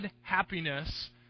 happiness